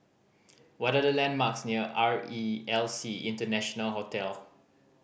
what are the landmarks near R E L C International Hotel